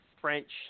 French